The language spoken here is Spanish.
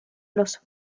los